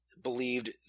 believed